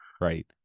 right